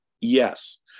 Yes